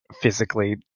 physically